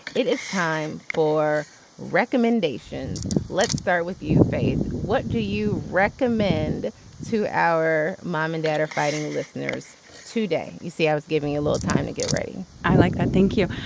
it is time for recommendations. let's start with you faith what do you recommend to our mom and dad or fighting listeners to day. you see i was giving you a little time to get ready i like that. thank you.